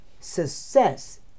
success